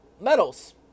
medals